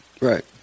Right